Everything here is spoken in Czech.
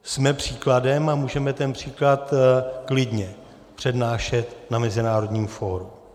Jsme příkladem a můžeme ten příklad klidně přednášet na mezinárodním fóru.